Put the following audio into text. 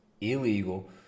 illegal